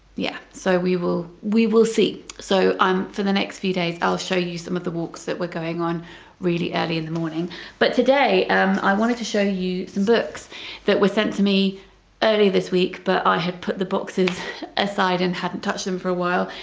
yeah, so we will we will see. so i'm for the next few days i'll show you some of the walks that were going on really early in the morning but today and i wanted to show you some books that were sent to me earlier this week but i had put the boxes aside and hadn't touched them for a while.